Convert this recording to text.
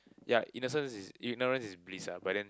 ya innocent is ignorance is bliss ah but then